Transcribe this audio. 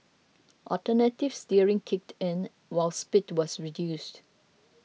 alternative steering kicked in while speed was reduced